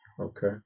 Okay